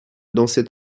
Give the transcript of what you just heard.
dansait